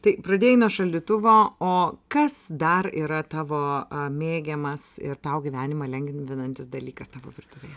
tai pradėjai nuo šaldytuvo o kas dar yra tavo mėgiamas ir tau gyvenimą lengvinantis dalykas tavo virtuvėje